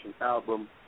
album